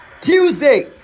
Tuesday